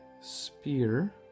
spear